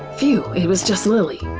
phew, it was just lilly.